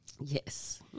Yes